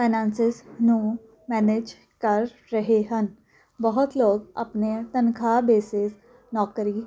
finances ਨੂੰ manage ਕਰ ਰਹੇ ਹਨ ਬਹੁਤ ਲੋਕ ਆਪਣੇ ਤਨਖਾਹ ਬੇਸਿਕ ਨੌਕਰੀ